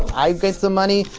i get some money,